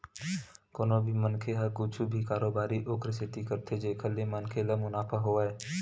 कोनो भी मनखे ह कुछु भी कारोबारी ओखरे सेती करथे जेखर ले मनखे ल मुनाफा होवय